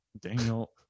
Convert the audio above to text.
Daniel